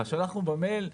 שלחנו במייל.